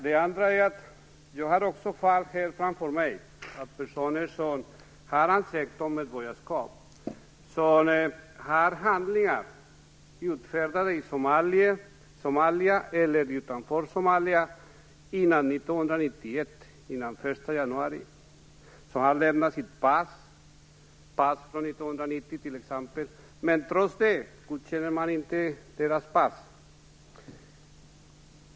Det andra är fall, jag har också dem framför mig, där personer som ansökt om svenskt medborgarskap och som har handlingar utfärdade i Somalia eller utanför Somalia före den 1 januari 1991 t.ex. har lämnat sitt pass från 1990. Trots det godkänns inte deras pass.